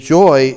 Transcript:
joy